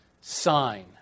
sign